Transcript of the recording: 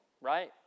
right